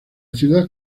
ciudad